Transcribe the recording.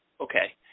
okay